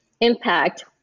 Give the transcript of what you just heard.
impact